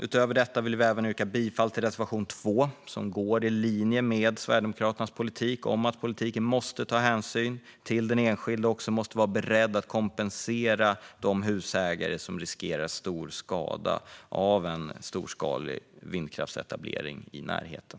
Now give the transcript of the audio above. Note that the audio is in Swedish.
Utöver detta vill vi även yrka bifall till reservation 2, som går i linje med Sverigedemokraternas politik att politiken måste ta hänsyn till enskilda och också vara beredd att kompensera de husägare som riskerar stor skada av en storskalig vindkraftsetablering i närheten.